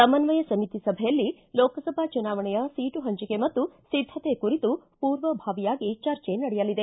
ಸಮನ್ವಯ ಸಮಿತಿ ಸಭೆಯಲ್ಲಿ ಲೋಕಸಭಾ ಚುನಾವಣೆಯ ಸೀಟು ಹಂಚಿಕೆ ಮತ್ತು ಸಿದ್ದತೆ ಕುರಿತು ಪೂರ್ವಭಾವಿಯಾಗಿ ಚರ್ಚೆ ನಡೆಯಲಿದೆ